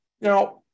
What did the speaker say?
Now